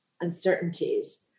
uncertainties